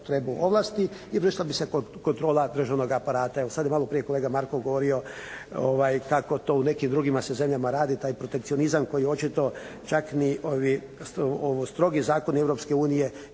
zloupotrebu ovlasti i vršila bi se kontrola državnog aparata. Evo sad je maloprije kolega Markov govorio kako to u nekim drugima se zemljama radi, taj protekcionizam koji očito čak ni ovi strogi zakoni Europske unije